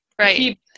right